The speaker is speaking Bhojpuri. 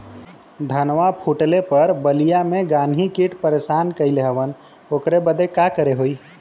धनवा फूटले पर बलिया में गान्ही कीट परेशान कइले हवन ओकरे बदे का करे होई?